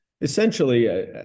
essentially